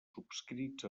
subscrits